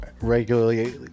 regularly